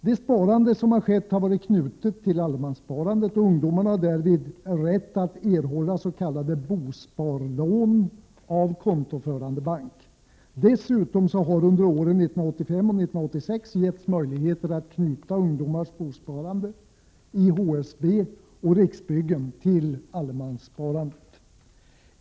Det sparande som skett har varit knutet till allemanssparandet, och ungdomar har därvid rätt att erhålla s.k. bosparlån av kontoförande bank. Dessutom har under åren 1985 och 1986 getts möjligheter att knyta ungdomars bosparande i HSB och Riksbyggen till allemanssparandet.